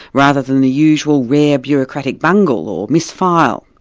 rather than the usual rare bureaucratic bungle or mis-file.